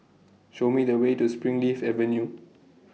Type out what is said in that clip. Show Me The Way to Springleaf Avenue